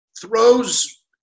throws